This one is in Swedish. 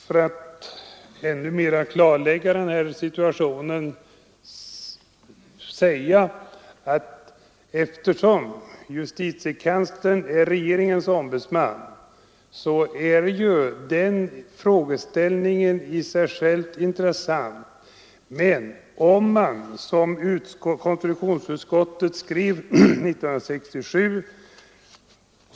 Frågeställningen är ju i sig intressant, men jag tror att situationen behöver klarläggas ännu mera. Jag citerade förut vad konstitutionsutskottet skrev 1967.